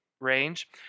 range